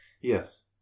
Yes